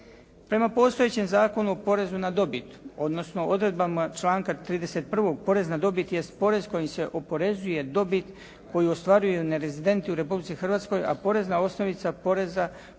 Prema postojećem Zakonu o porezu na dobit, odnosno odredbama članka 31. porez na dobit je porez kojim se oporezuje dobit koju ostvaruju nerezidenti u Republici Hrvatskoj a porezna osnova poreza po